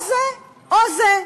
או זה, או זה,